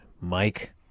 Mike